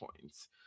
points